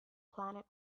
planet